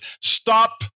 stop